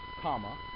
comma